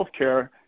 healthcare